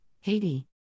Haiti